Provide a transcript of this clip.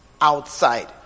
outside